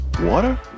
Water